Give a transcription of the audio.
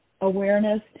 awareness